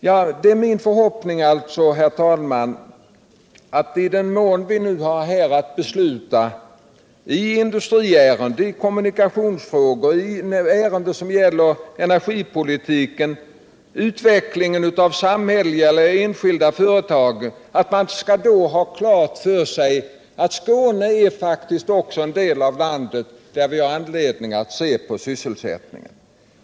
Det är alltså min förhoppning, herr talman, att vi, när vi fattar beslut i industriärenden, kommunikationsfrågor, i ärenden som gäller energipolitiken och i frågor som berör utvecklingen av samhälleliga eller enskilda företag, skall ha klart för oss att också Skåne är en landsdel som måste uppmärksammas och att vi har anledning att ta ansvar för sysselsättningsproblemen där.